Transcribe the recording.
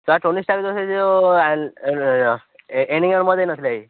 ସେହି ଟୋନି ଶାର୍କର ସେହି ଯେଉଁ ଏଣ୍ଡିଙ୍ଗ୍ର ମରିଯାଇ ନଥିଲା କି